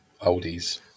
oldies